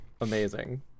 Amazing